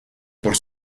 por